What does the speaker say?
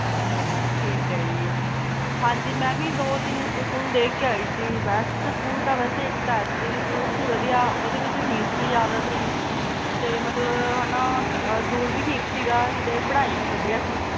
ਅੱਛਾ ਜੀ ਠੀਕ ਹੈ ਜੀ ਹਾਂਜੀ ਮੈਂ ਵੀ ਦੋ ਤਿੰਨ ਸਕੂਲ ਦੇਖ ਕੇ ਆਈ ਸੀ ਬੈਸਟ ਸਕੂਲ ਤਾਂ ਵੈਸੇ ਇੱਕ ਤਾਂ ਐੱਸ ਡੀ ਸਕੂਲ ਸੀ ਵਧੀਆ ਉਹਦੇ ਵਿੱਚ ਫੀਸ ਵੀ ਜ਼ਿਆਦਾ ਸੀ ਅਤੇ ਮਤਲਬ ਹੈ ਨਾ ਅ ਦੂਰ ਵੀ ਠੀਕ ਸੀਗਾ ਅਤੇ ਪੜ੍ਹਾਈ ਵੀ ਵਧੀਆ ਸੀਗੀ